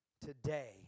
Today